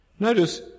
Notice